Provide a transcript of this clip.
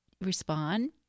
respond